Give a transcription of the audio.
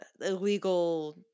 illegal